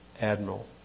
Admiral